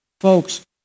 Folks